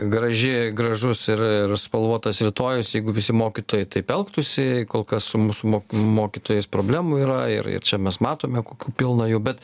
graži gražus ir spalvotas rytojus jeigu visi mokytojai taip elgtųsi kol kas su mūsų mokytojais problemų yra ir ir čia mes matome kokių pilna jų bet